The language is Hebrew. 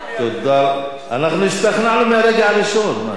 אנחנו השתכנענו מהרגע הראשון.